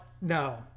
no